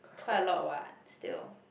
quite a lot what still